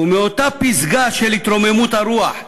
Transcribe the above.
ומאותה פסגה של התרוממות הרוח,